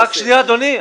רק שנייה, אדוני.